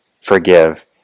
forgive